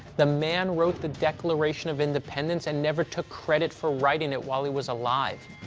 the man wrote the declaration of independence and never took credit for writing it while he was alive.